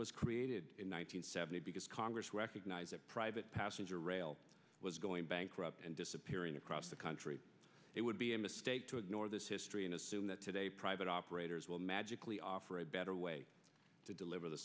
was created in one thousand nine hundred because congress recognise that private passenger rail was going bankrupt and disappearing across the country it would be a mistake to ignore this history and assume that today private operators will magically offer a better way to deliver the